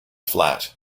flat